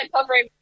covering